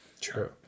True